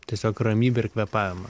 tiesiog ramybę ir kvėpavimą